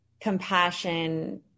compassion